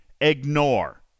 ignore